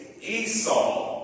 Esau